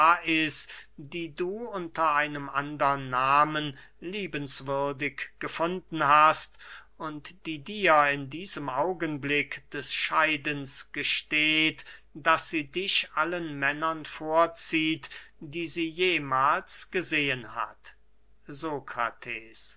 lais die du unter einem andern nahmen liebenswürdig gefunden hast und die dir in diesem augenblick des scheidens gesteht daß sie dich allen männern vorzieht die sie jemahls gesehen hat